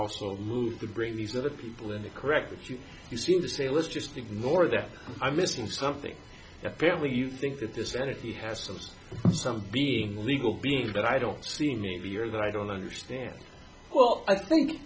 also move to bring these other people in the correct that you you seem to say let's just ignore that i'm missing something apparently you think that this entity has some some being legal being but i don't see any of the year that i don't understand well i think